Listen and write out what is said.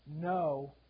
no